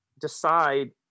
decide